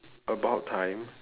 about time